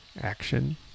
action